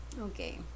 okay